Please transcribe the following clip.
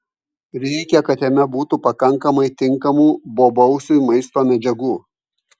reikia kad jame būtų pakankamai tinkamų bobausiui maisto medžiagų